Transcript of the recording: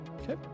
Okay